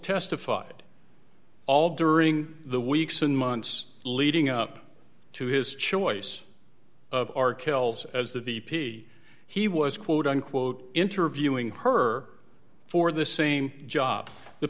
testified all during the weeks and months leading up to his choice of our kills as the v p he was quote unquote interviewing her for the same job the